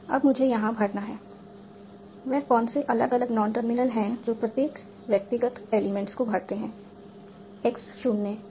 अब मुझे यहां भरना है वे कौन से अलग अलग नॉन टर्मिनल हैं जो प्रत्येक व्यक्तिगत एलिमेंट्स को भरते हैं x 0 1